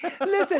Listen